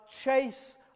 chase